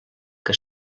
que